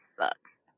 sucks